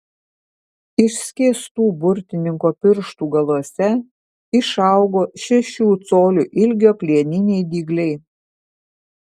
išskėstų burtininko pirštų galuose išaugo šešių colių ilgio plieniniai dygliai